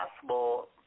possible